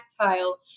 tactile